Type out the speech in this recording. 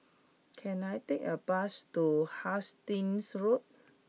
can I take a bus to Hastings Road